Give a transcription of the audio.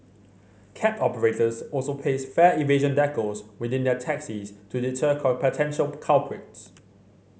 cab operators also paste fare evasion decals within their taxis to deter potential culprits